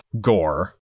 gore